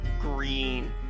green